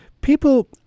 People